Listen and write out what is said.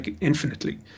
infinitely